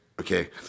okay